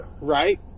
Right